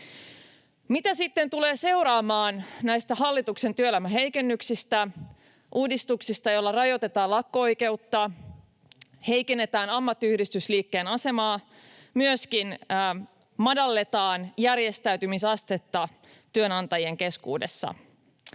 Mitä sitten tulee seuraamaan näistä hallituksen työelämän heikennyksistä, uudistuksista, joilla rajoitetaan lakko-oikeutta, heikennetään ammattiyhdistysliikkeen asemaa, myöskin madalletaan järjestäytymisastetta työnantajien keskuudessa?